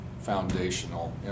foundational